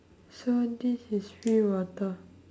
so this is free water